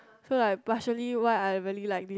so like partially what I really like this